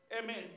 amen